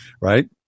right